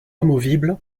amovible